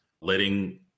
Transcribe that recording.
letting